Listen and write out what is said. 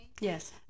Yes